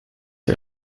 are